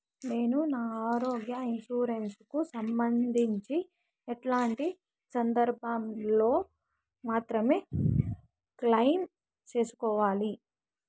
నేను నా ఆరోగ్య ఇన్సూరెన్సు కు సంబంధించి ఎట్లాంటి సందర్భాల్లో మాత్రమే క్లెయిమ్ సేసుకోవాలి?